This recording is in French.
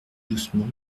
doucement